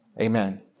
Amen